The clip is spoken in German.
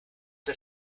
der